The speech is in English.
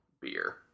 beer